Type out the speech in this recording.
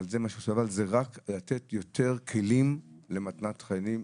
זה רק לתת יותר כלים למתנת חיים,